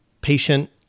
patient